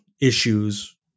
issues